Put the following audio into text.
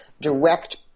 direct